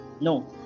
no